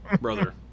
brother